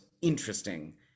interesting